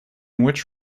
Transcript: which